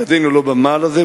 ידנו לא היתה במעל הזה,